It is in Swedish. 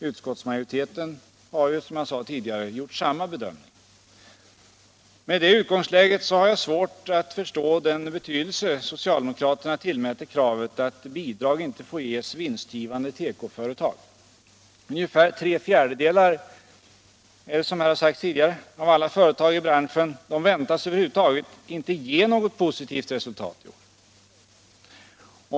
Utskottsmajoriteten har — som jag sade tidigare — gjort samma bedömning. Med det utgångsläget har jag svårt att förstå den betydelse socialdemokraterna tillmäter kravet att bidrag inte får ges till vinstgivande tekoföretag. Ungefär tre fjärdedelar av alla företag i branschen väntas över huvud taget inte ge något positivt resultat.